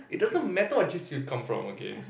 it doesn't matter what j_c you come from okay